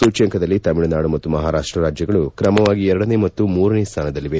ಸೂಚ್ಕಂಕದಲ್ಲಿ ತಮಿಳುನಾಡು ಮತ್ತು ಮಹಾರಾಷ್ಟ ರಾಜ್ಯಗಳು ಕ್ರಮವಾಗಿ ಎರಡನೇ ಮತ್ತು ಮೂರನೇ ಸ್ವಾನದಲ್ಲಿವೆ